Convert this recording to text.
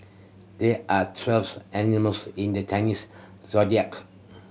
there are twelves animals in the Chinese Zodiac